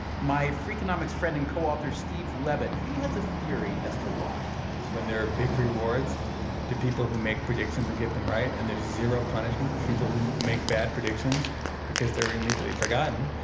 my freakonomics friend and co-author steve levitt, he has a theory as to why when there are big rewards to people who make and get them right and there's zero punishment for people who make bad predictions because they're immediately forgotten,